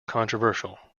controversial